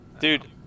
Dude